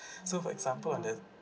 so for example on the